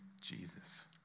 Jesus